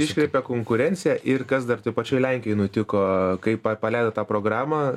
iškreipia konkurenciją ir kas dar toj pačioj lenkijoj nutiko kai pa paleido tą programą